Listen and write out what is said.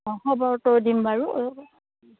অঁ খবৰটো দিম বাৰু